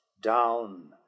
down